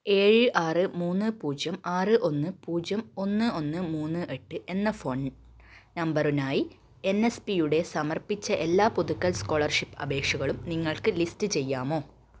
ഏഴ് ആറ് മൂന്ന് പൂജ്യം ആറ് ഒന്ന് പൂജ്യം ഒന്ന് ഒന്ന് മൂന്ന് എട്ട് എന്ന ഫോൺ നമ്പറിനായി എൻ എസ് പിയുടെ സമർപ്പിച്ച എല്ലാ പുതുക്കൽ സ്കോളർഷിപ്പ് അപേക്ഷകളും നിങ്ങൾക്ക് ലിസ്റ്റ് ചെയ്യാമോ